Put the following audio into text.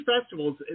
festivals